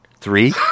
Three